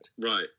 Right